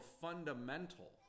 fundamental